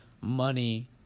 money